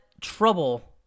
trouble